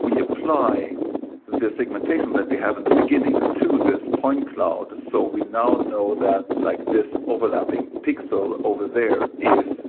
we apply the segmentation that we have in the beginning to this point cloud. so we now know that like this overlapping pixel over there is